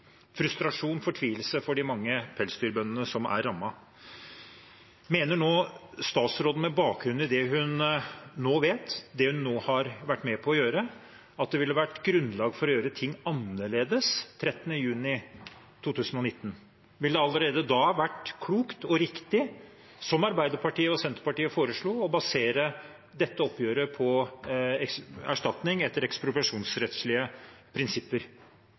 frustrasjon og fortvilelse for de mange pelsdyrbøndene som er rammet – med bakgrunn i det hun nå vet, det hun nå har vært med på å gjøre, at det var grunnlag for å gjøre ting annerledes den 13. juni 2019? Ville det allerede da vært klokt og riktig – som Arbeiderpartiet og Senterpartiet foreslo – å basere dette oppgjøret på erstatning etter ekspropriasjonsrettslige prinsipper?